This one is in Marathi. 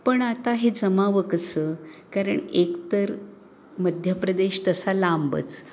पण आता हे जमावं कसं कारण एकतर मध्यप्रदेश तसा लांबच